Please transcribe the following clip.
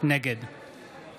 נגד גדעון סער,